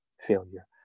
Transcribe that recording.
failure